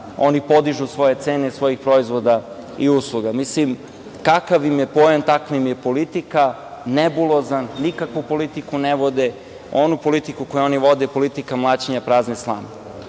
oni podižu svoje cene svojih proizvoda i usluga. Mislim, kakav im je pojam, takva im je politika, nebulozan, nikakvu politiku ne vodi. Onu politiku koju oni vode, politika mlaćenja prazne slame. Onda